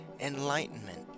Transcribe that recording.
enlightenment